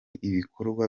ibikorwa